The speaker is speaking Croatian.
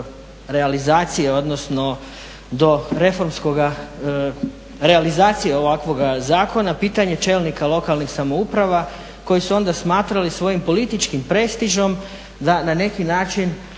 realizacije, odnosno do reformskoga, realizacije ovakvoga zakona, pitanje čelnika lokalnih samouprave koji su onda smatrali svojim političkim prestižem da na neki način